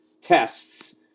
tests